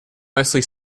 mostly